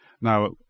Now